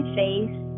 face